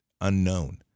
unknown